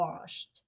washed